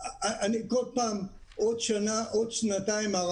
כל פעם הארכה של עוד שנה, של עוד שנתיים.